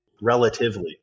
relatively